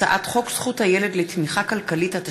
הצעת חוק לתיקון פקודת הכלבת (בידוד בעלי-חיים),